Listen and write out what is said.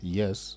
yes